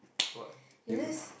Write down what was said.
what you